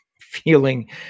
feeling